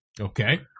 Okay